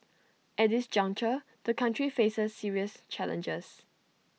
at this juncture the country faces serious challenges